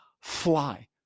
fly